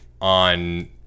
on